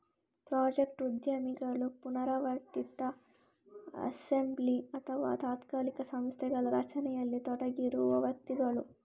project ಉದ್ಯಮಿಗಳು ಪುನರಾವರ್ತಿತ assembly ಅಥವಾ ತಾತ್ಕಾಲಿಕ ಸಂಸ್ಥೆಗಳ ರಚನೆಯಲ್ಲಿ ತೊಡಗಿರುವ ವ್ಯಕ್ತಿಗಳು